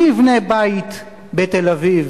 "מי יבנה בית בתל-אביב"